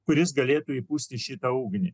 kuris galėtų įpūsti šitą ugnį